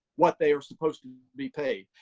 what they are supposed to be paid.